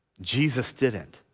jesus didn't.